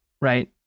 right